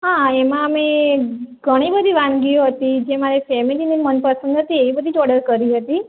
હા એમાં અમે ઘણી બધી વાનગીઓ હતી જે મારી ફેમેલીને મનપસંદ હતી એ બધી જ ઓડર કરી હતી